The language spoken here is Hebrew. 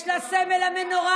יש לה את סמל המנורה,